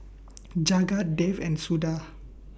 Jagat Dev and Suda